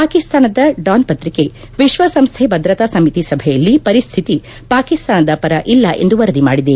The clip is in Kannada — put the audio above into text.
ಪಾಕಸ್ತಾನದ ಡಾನ್ ಪತ್ರಿಕೆ ವಿಶ್ವಸಂಸ್ಥೆ ಭದ್ರತಾ ಸಮಿತಿ ಸಭೆಯಲ್ಲಿ ಪರಿಸ್ವಿತಿ ಪಾಕಸ್ತಾನದ ಪರ ಇಲ್ಲ ಎಂದು ವರದಿ ಮಾಡಿದೆ